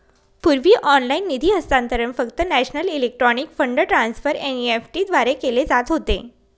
पूर्वी ऑनलाइन निधी हस्तांतरण फक्त national electronic fund transfer NEFT द्वारे केले जात होते